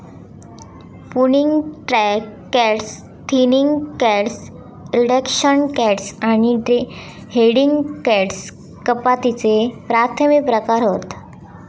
pruning cuts, thinning cuts, reduction cuts आणि heading cuts कपातीचे प्राथमिक प्रकार हत